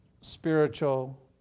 spiritual